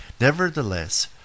Nevertheless